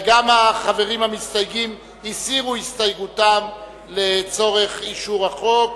וגם החברים המסתייגים הסירו את הסתייגותם לצורך אישור החוק.